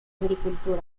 agricultura